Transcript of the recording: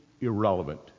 Irrelevant